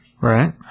Right